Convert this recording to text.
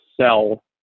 sell